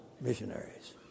missionaries